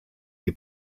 die